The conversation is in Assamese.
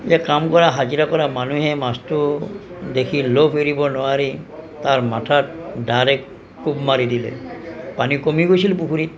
কাম কৰা হাজিৰা কৰা মানুহে মাছটো দেখি লোভ এৰিব নোৱাৰি তাৰ মাথাত দাৰে কোব মাৰি দিলে পানী কমি গৈছিল পুখুৰীত